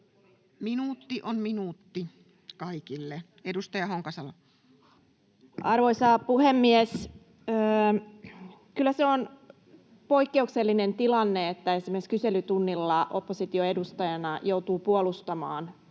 selonteko Time: 15:38 Content: Arvoisa puhemies! Kyllä se on poikkeuksellinen tilanne, että esimerkiksi kyselytunnilla oppositioedustajana joutuu puolustamaan hallituksen